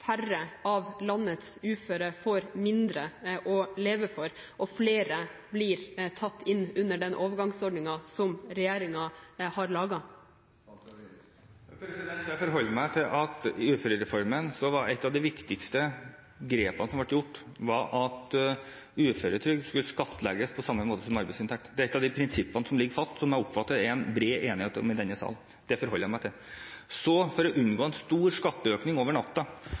færre av landets uføre får mindre å leve for og flere blir tatt inn under den overgangsordningen som regjeringen har laget. Jeg forholder meg til at i uførereformen var et av de viktigste grepene som ble gjort, at uføretrygd skulle skattlegges på samme måte som arbeidsinntekt. Det er et av de prinsippene som ligger fast, og som jeg oppfatter at det er bred enighet om i denne sal. Det forholder jeg meg til. Så, for å unngå en stor skatteøkning over